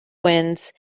wins